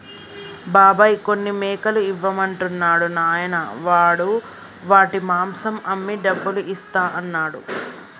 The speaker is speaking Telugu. బాబాయ్ కొన్ని మేకలు ఇవ్వమంటున్నాడు నాయనా వాడు వాటి మాంసం అమ్మి డబ్బులు ఇస్తా అన్నాడు